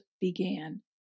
began